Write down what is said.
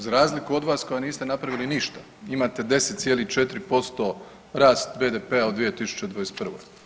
Za razliku od vas koja niste napravili ništa imate 10,4% rast BDP-a u 2021.